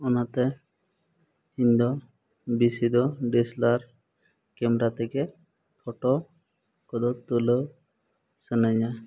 ᱚᱱᱟᱛᱮ ᱤᱧ ᱫᱚ ᱵᱮᱥᱤ ᱫᱚ ᱰᱤᱭᱮᱥᱮᱞᱟᱨ ᱠᱮᱢᱨᱟ ᱛᱮᱜᱮ ᱯᱷᱳᱴᱳ ᱠᱚᱫᱚ ᱛᱩᱞᱟᱹᱣ ᱥᱟᱱᱟᱧᱟ